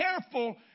careful